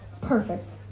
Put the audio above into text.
perfect